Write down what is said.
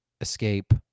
escape